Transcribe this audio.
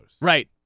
Right